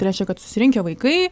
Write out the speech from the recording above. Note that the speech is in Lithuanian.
tai reiškia kad susirinkę vaikai